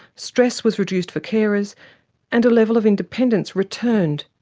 stress was reduced for carers and a level of independence returned.